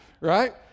Right